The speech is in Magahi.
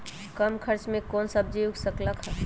कम खर्च मे कौन सब्जी उग सकल ह?